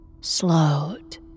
Slowed